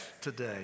today